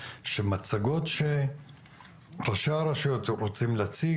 שמצגות שראשי הרשויות רוצים להציג,